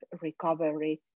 recovery